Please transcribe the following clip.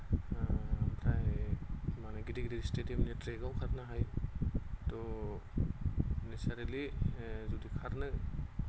आरो ओमफ्राय माने गिदिर गिदिर स्टेडियामनि ट्रेगाव खारनो हायो थ' नेसारिलि जुदि खारनो